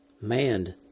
manned